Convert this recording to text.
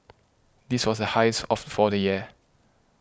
this was the highest of for the year